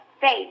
face